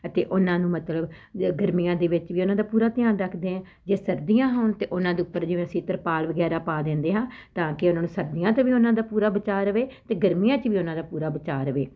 ਅਤੇ ਉਹਨਾਂ ਨੂੰ ਮਤਲਬ ਗਰਮੀਆਂ ਦੇ ਵਿੱਚ ਵੀ ਉਹਨਾਂ ਦਾ ਪੂਰਾ ਧਿਆਨ ਰੱਖਦੇ ਹਾਂ ਜੇ ਸਰਦੀਆਂ ਹੋਣ ਤਾਂ ਉਹਨਾਂ ਦੇ ਉੱਪਰ ਜਿਵੇਂ ਅਸੀਂ ਤਰਪਾਲ ਵਗੈਰਾ ਪਾ ਦਿੰਦੇ ਹਾਂ ਤਾਂ ਕਿ ਉਹਨਾਂ ਨੂੰ ਸਰਦੀਆਂ 'ਚ ਵੀ ਉਹਨਾਂ ਦਾ ਪੂਰਾ ਬਚਾਅ ਰਵੇ ਅਤੇ ਗਰਮੀਆਂ 'ਚ ਵੀ ਉਹਨਾਂ ਦਾ ਪੂਰਾ ਬਚਾਅ ਰਵੇ